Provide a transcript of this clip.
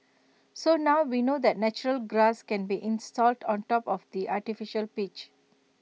so now we know that natural grass can be installed on top of the artificial pitch